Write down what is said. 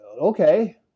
okay